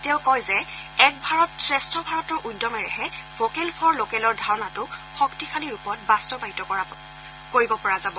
তেওঁ কয় যে এক ভাৰত শ্ৰেষ্ঠ ভাৰতৰ উদ্যমেৰেহে ভোকেল ফৰ লোকেলৰ ধাৰণাটোক শক্তিশালী ৰূপত বাস্তৱায়িত কৰিব পৰা যাব